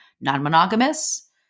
non-monogamous